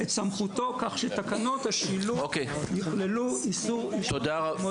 את סמכותו כך שתקנות השילוט יכללו איסור עישון סיגריות אלקטרוניות.